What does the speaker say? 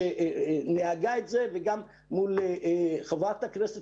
וגם חברת הכנסת